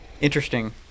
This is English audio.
Interesting